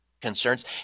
concerns